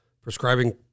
prescribing